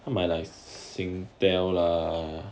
他买 like singtel lah